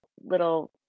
little